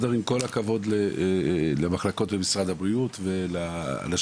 עם כל הכבוד למחלקות במשרד הבריאות ולאנשים,